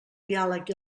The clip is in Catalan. diàleg